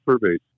surveys